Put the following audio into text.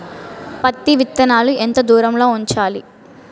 పత్తి విత్తనాలు ఎంత దూరంలో ఉంచాలి?